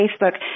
Facebook